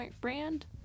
brand